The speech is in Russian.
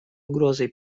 угрозой